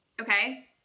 okay